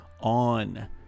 On